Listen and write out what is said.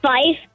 Five